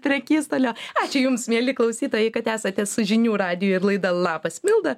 prekystalio ačiū jums mieli klausytojai kad esate su žinių radiju ir laida labas milda